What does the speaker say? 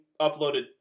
uploaded